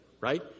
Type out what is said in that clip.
right